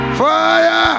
fire